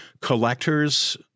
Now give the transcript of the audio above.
collectors